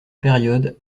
période